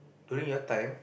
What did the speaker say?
during your time